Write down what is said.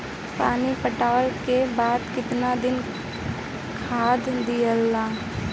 पानी पटवला के बाद केतना दिन खाद दियाला?